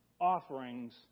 offerings